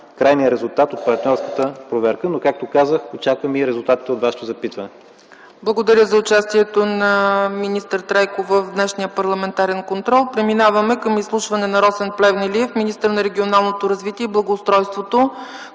крайния резултат от партньорската проверка. Както казах, очаквам и резултатите от Вашето запитване. ПРЕДСЕДАТЕЛ ЦЕЦКА ЦАЧЕВА: Благодаря за участието на министър Трайков в днешния парламентарен контрол. Преминаваме към изслушване на Росен Плевнелиев, министър на регионалното развитие и благоустройството,